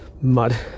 mud